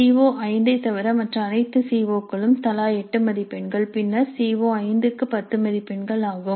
C O five ஐத் தவிர மற்ற அனைத்து சி ஓ களுக்கும் தலா 8 மதிப்பெண்கள் பின்னர் சி ஓ5 க்கு 10 மதிப்பெண்கள் ஆகும்